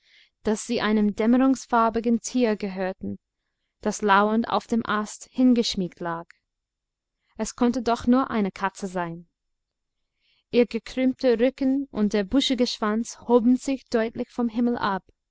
daß sie einem dämmerungsfarbigen tier gehörten das lauernd auf dem ast hingeschmiegt lag es konnte doch nur eine katze sein ihr gekrümmter rücken und der buschige schwanz hoben sich deutlich vom himmel ab